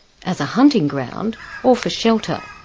as a hunting ground or for shelter.